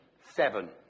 Seven